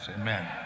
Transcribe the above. Amen